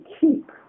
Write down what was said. keep